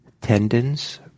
tendons